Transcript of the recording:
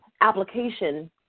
application